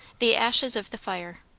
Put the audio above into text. the ashes of the fire